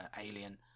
alien